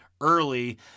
early